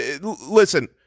listen